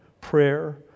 prayer